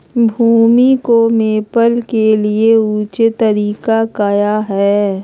भूमि को मैपल के लिए ऊंचे तरीका काया है?